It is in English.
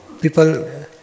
people